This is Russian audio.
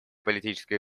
политической